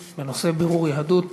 בנושא: בירור יהדות.